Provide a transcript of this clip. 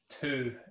two